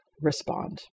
respond